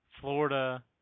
Florida-